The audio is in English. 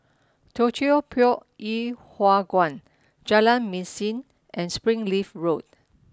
Teochew Poit Ip Huay Kuan Jalan Mesin and Springleaf Road